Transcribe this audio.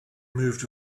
moved